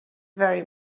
very